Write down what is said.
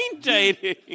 dating